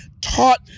taught